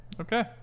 Okay